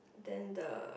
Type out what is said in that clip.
then the